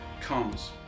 comes